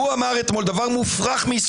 הוא אמר אתמול הרבה דברים מופרכים.